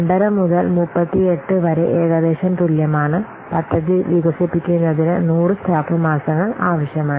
5 മുതൽ 38 വരെ ഏകദേശം തുല്യമാണ് പദ്ധതി വികസിപ്പിക്കുന്നതിന് 100 സ്റ്റാഫ് മാസങ്ങൾ ആവശ്യമാണ്